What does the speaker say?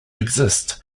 exist